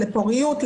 פוריות,